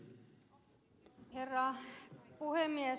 herra puhemies